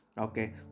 okay